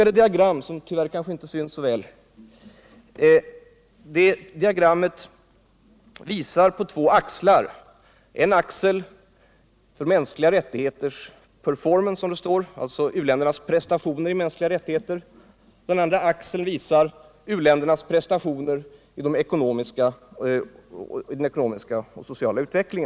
Det diagram jag visar har ett koordinatsystem med dels en axel för mänskliga rättigheters ”performance”, som det står, alltså uländernas prestationer i mänskliga rättigheter, dels en annan axel för uländernas prestation i ekonomisk och social utveckling.